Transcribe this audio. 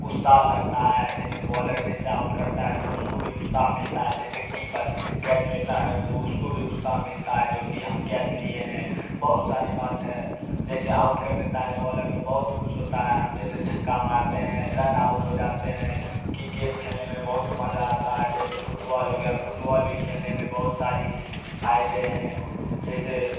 उस्साह लगता है जैसे बॉलर जैसे आउट करता है तो उसको भी उत्साह मिलता है जैसे कीपर कैच लेता है तो उसको भी उत्साह मिलता है जो कि हम कैच लिए हैं बहुत सारी बात है जैसे आउट कर देता है बॉलर तो बहुत खुश होता है हम जैसे छक्का मारते हैं रन आउट हो जाते हैं किरकेट खेलने में बहुत मजा आता है जैसे फुटबॉल हो गया फुटबॉल भी खेलने में बहुत सारी फायदे हैं जैसे